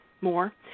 more